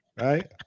Right